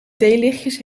theelichtjes